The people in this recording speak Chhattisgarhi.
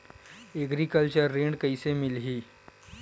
एग्रीकल्चर ऋण कइसे मिलही?